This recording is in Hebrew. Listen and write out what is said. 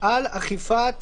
על אכיפת